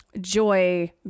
joy